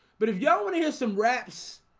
but if y'all want to hear some raps,